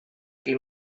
qui